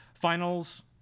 finals